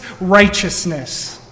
righteousness